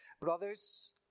Brothers